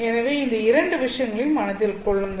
எனவே இந்த இரண்டு விஷயங்களையும் மனதில் கொள்ளுங்கள்